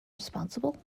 responsible